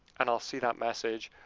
and i'll see that message,